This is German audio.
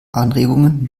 anregungen